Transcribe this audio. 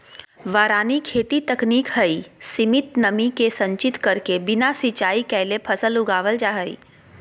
वारानी खेती तकनीक हई, सीमित नमी के संचित करके बिना सिंचाई कैले फसल उगावल जा हई